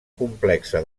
complexa